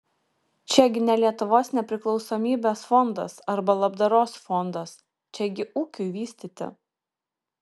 čiagi ne lietuvos nepriklausomybės fondas arba labdaros fondas čiagi ūkiui vystyti